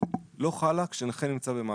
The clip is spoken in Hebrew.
לא חלה כשנכה נמצא במאסר.